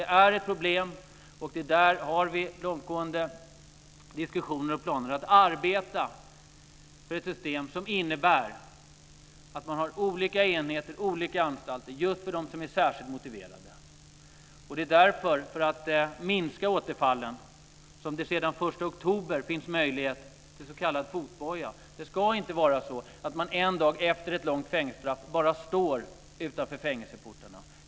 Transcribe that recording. Det är ett problem. Vi för diskussioner om och har långtgående planer på att införa ett system som innebär att man har olika enheter, olika anstalter just för dem som är särskilt motiverade. Det är för att minska återfallen som det sedan den 1 oktober finns möjlighet att använda s.k. fotboja. Det ska inte vara så att man en dag efter ett långt fängelsestraff bara står utanför fängelseportarna.